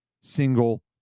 single